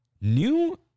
new